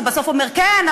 שבסוף אומר: כן,